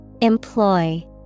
Employ